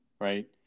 right